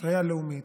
ספרייה לאומית,